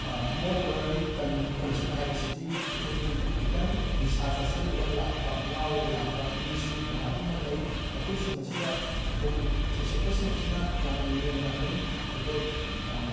ꯃꯣꯔꯑꯣꯕꯔꯂꯤ ꯀꯟ ꯀꯟꯁꯔꯠ ꯍꯥꯏꯕꯁꯤꯗꯤ ꯑꯩꯈꯣꯏꯒꯤ ꯈꯤꯇꯪ ꯅꯤꯁꯥ ꯆꯥꯁꯤꯜꯂꯒ ꯂꯥꯛꯄ ꯉꯥꯎꯔꯒ ꯂꯥꯛꯄ ꯃꯤꯁꯨ ꯃꯌꯥꯝ ꯑꯃ ꯂꯩ ꯃꯈꯣꯏꯁꯤꯡ ꯑꯁꯤꯗ ꯑꯩꯈꯣꯏꯒꯤ ꯁꯩꯁꯛꯄꯁꯤꯡ ꯑꯁꯤꯅ ꯌꯥꯝꯅ ꯂꯦꯝꯅ ꯑꯗꯨꯝ ꯑꯩꯈꯣꯏ